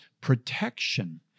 protection